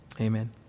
amen